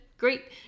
Great